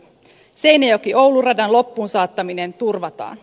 seinäjokioulu radan loppuun saattaminen turvataan